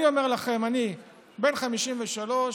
אני אומר לכם, אני בן 53,